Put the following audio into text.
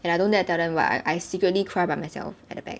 and I don't dare tell them but I I secretly cry by myself at the back